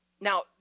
Now